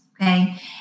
Okay